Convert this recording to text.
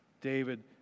David